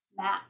map